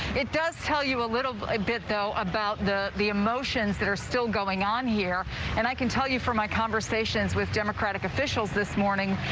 it does tell you a little bit though about the the emotions that are still going on here and i can tell you from my conversations with democratic officials this morning.